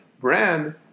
brand